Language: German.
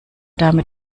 dame